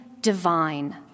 divine